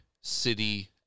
city